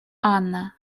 анна